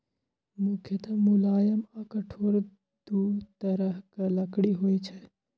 मुख्यतः मुलायम आ कठोर दू तरहक लकड़ी होइ छै